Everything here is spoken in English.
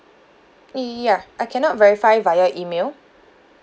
ya I cannot verify via email